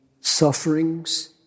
sufferings